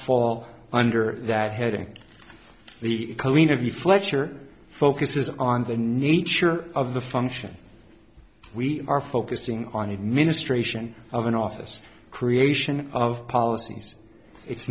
fall under that heading the clean of the fletcher focuses on the nature of the function we are focusing on administration of an office creation of policies it's